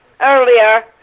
earlier